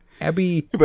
Abby